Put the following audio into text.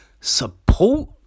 support